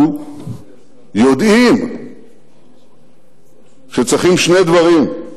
אנחנו יודעים שצריכים שני דברים.